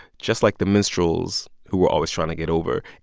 just like the minstrels who were always trying to get over.